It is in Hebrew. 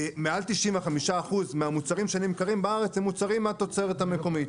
מעל 95% מהמוצרים שנמכרים בארץ הם מוצרים מהתוצרת המקומית.